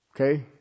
Okay